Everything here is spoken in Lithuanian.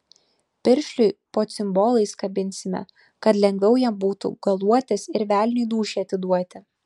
piršliui po cimbolais kabinsime kad lengviau jam būtų galuotis ir velniui dūšią atiduoti